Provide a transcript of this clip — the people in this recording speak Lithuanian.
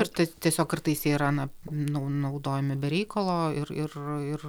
ir ta tiesiog kartais jie yra na nau naudojami be reikalo ir ir ir